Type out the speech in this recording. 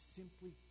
simply